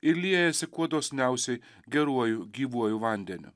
ir liejasi kuo dosniausiai geruoju gyvuoju vandeniu